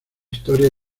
historia